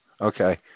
Okay